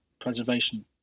preservation